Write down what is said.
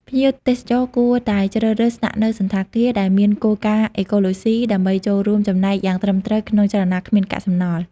ភ្ញៀវទេសចរគួរតែជ្រើសរើសស្នាក់នៅសណ្ឋាគារដែលមានគោលការណ៍អេកូឡូសុី ដើម្បីចូលរួមចំណែកយ៉ាងត្រឹមត្រូវក្នុងចលនាគ្មានកាកសំណល់។